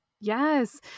Yes